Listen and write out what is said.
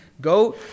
Go